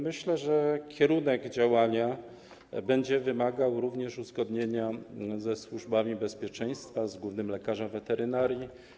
Myślę, że kierunek działania będzie wymagał również uzgodnienia ze służbami bezpieczeństwa, z głównym lekarzem weterynarii.